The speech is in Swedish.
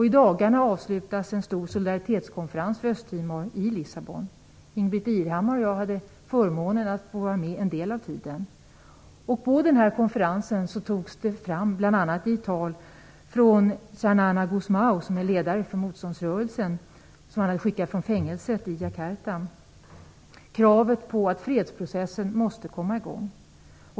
I dagarna avslutas en stor solidaritetskonferens för Östtimor i Lissabon. Ingbritt Irhammar och jag hade förmånen att få vara med en del av tiden. På den här konferensen togs det bl.a. fram ett tal av Xanana Gusmao, som är ledare för motståndsrörelsen. Han hade skickat det från fängelset i Jakarta. Där fanns kravet på att fredsprocessen måste komma i gång med.